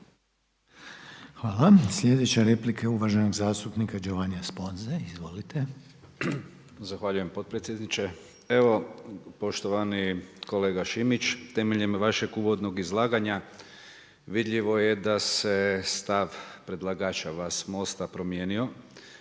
Hvala. Sljedeća replika je uvaženog zastupnika Giovannia Sponze. **Sponza, Giovanni (IDS)** Zahvaljujem potpredsjedniče. Evo, poštovani kolega Šimić, temeljem vašeg uvodnog izlaganja vidljivo je da se stav predlagača vas MOST-a promijenio